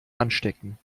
anstecken